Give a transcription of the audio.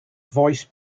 voice